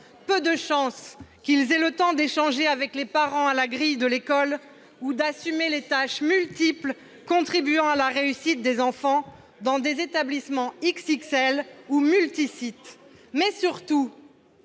Peu de chance qu'ils aient le temps d'échanger avec les parents à la grille de l'école ou d'assumer les tâches multiples qui contribuent à la réussite des enfants dans des établissements XXL ou multi-sites. Mais surtout,